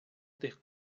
тих